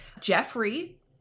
Jeffrey